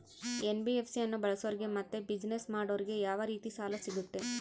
NBFC ಅನ್ನು ಬಳಸೋರಿಗೆ ಮತ್ತೆ ಬಿಸಿನೆಸ್ ಮಾಡೋರಿಗೆ ಯಾವ ರೇತಿ ಸಾಲ ಸಿಗುತ್ತೆ?